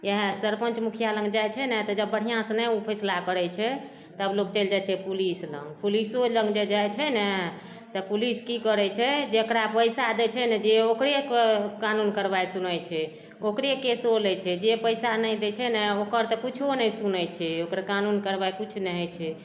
इएह सरपञ्च मुखिया लग जाइ छै ने जब बढ़िऑं सँ नहि ओ फैसला करै छै तब लोक चैलि जाइ छै पुलिस लग पुलिसो लग जे जाइ छै ने तऽ पुलिस कि करै छै जेकरा पैसा दै छै ने जे ओकरे कानून कारवाइ सुनै छै ओकरे केसो लै छै जे पैसा नहि दै छै ने ओकर तऽ किछो नहि सुनै छै ओकर कानून कारवाइ किछु नहि होइ छै